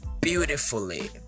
beautifully